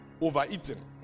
overeating